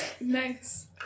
Nice